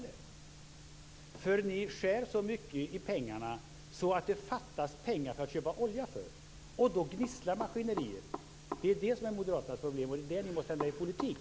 Ni stjäl så mycket i pengar att det fattas pengar att köpa olja för. Och då gnisslar maskineriet. Det är det som är moderaternas problem, och det är där ni måste ändra er politik.